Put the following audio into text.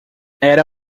era